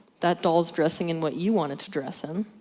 that doll is dressing in what you want it to dress in.